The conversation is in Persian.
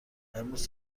امروز